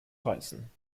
reisen